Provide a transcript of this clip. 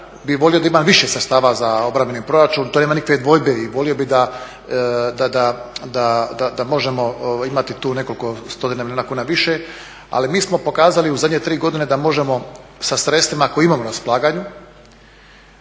bih volio da imam više sredstava za obrambeni proračun, to nema nikakve dvojbe, i volio bih da možemo imati tu nekako 100 milijuna kuna više, ali mi smo pokazali u zadnje 3 godine da možemo sa sredstvima koje imamo na raspolaganju,